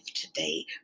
today